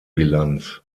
bilanz